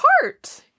heart